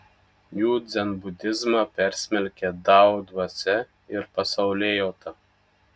jų dzenbudizmą persmelkia dao dvasia ir pasaulėjauta